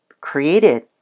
created